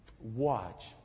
Watch